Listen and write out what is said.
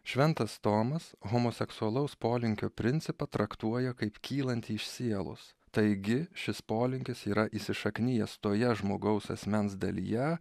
šventas tomas homoseksualaus polinkio principą traktuoja kaip kylantį iš sielos taigi šis polinkis yra įsišaknijęs toje žmogaus asmens dalyje